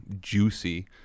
juicy